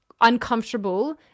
uncomfortable